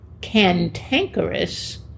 Cantankerous